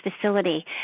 facility